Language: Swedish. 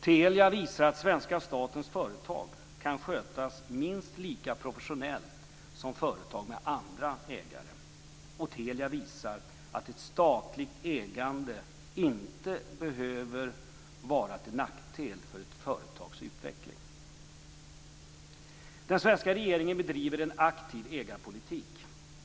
Telia visar att svenska statens företag kan skötas minst lika professionellt som företag med andra ägare. Telia visar att ett statligt ägande inte behöver vara till nackdel för ett företags utveckling. Den svenska regeringen bedriver en aktiv ägarpolitik.